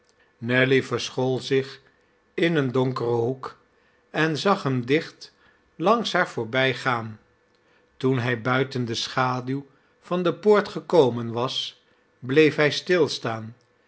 nelly verschool zich in een donkeren hoek en zag hem dicht langs haar voorbijgaan toen hij buiten de schaduw van de poort gekomen was bleef hij stilstaan